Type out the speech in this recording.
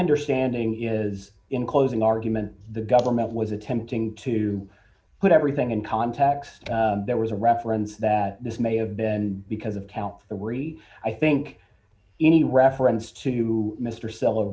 understanding is in closing argument the government was attempting to put everything in context there was a reference that this may have been because of count or worry i think any reference to mr sel